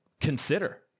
consider